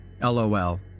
LOL